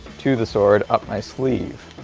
to the sword up my sleeve.